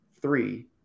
three